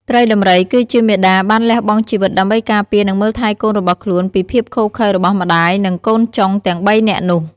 ត្រីដំរីគឺជាមាតាបានលះបង់ជីវិតដើម្បីការពារនិងមើលថែកូនរបស់ខ្លួនពីភាពឃោរឃៅរបស់ម្តាយ និងកូនចុងទាំង៣នាក់នោះ។